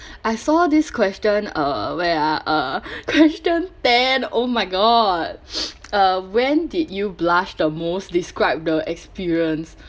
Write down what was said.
I saw this question uh where ah uh question ten oh my god uh when did you blush the most describe the experience